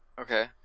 Okay